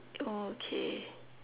okay